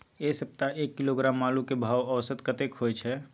ऐ सप्ताह एक किलोग्राम आलू के भाव औसत कतेक होय छै?